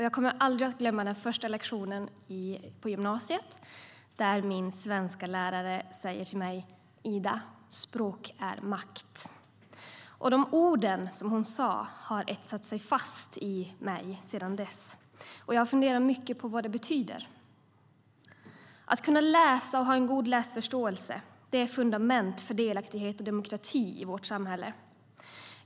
Jag kommer aldrig att glömma första lektionen på gymnasiet, där min svensklärare sa till mig: Ida, språk är makt. De ord som hon sa har etsat sig fast i mig, och jag har funderat mycket på vad de betyder. Att kunna läsa och ha en god läsförståelse är fundament för delaktighet och demokrati i vårt samhälle.